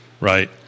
right